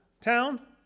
town